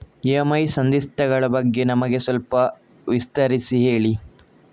EMI ಸಂಧಿಸ್ತ ಗಳ ಬಗ್ಗೆ ನಮಗೆ ಸ್ವಲ್ಪ ವಿಸ್ತರಿಸಿ ಹೇಳಿ